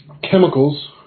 Chemicals